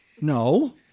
No